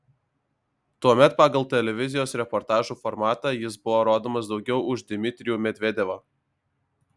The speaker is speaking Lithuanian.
tuomet pagal televizijos reportažų formatą jis buvo rodomas daugiau už dmitrijų medvedevą